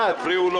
אל תפריעו לו.